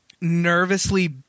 nervously